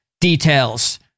details